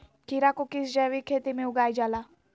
खीरा को किस जैविक खेती में उगाई जाला?